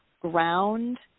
ground